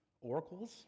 Oracles